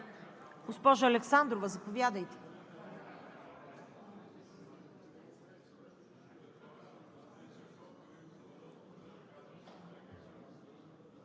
Госпожо Александрова, заповядайте.